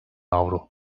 avro